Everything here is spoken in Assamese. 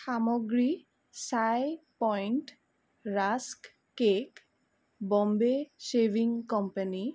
সামগ্ৰী Chai Point rusk cake Bombay Shaving company